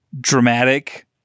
dramatic